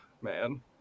man